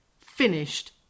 finished